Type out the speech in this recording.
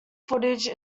footage